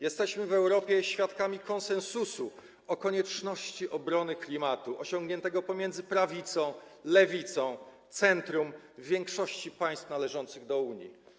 Jesteśmy w Europie świadkami konsensusu w sprawie konieczności obrony klimatu osiągniętego pomiędzy prawicą, lewicą, centrum w większości państw należących do Unii.